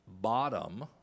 bottom